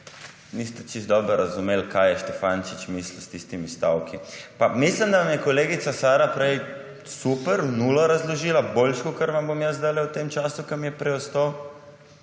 niste čisto dobro razumeli, kaj je Štefančič mislil s tistimi stavki. Pa mislim, da vam je kolegica Sara prej super v nulo razložila, boljše, kakor vam bom jaz zdajle v tem času, ki mi je ostal.